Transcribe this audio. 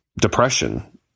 depression